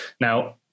Now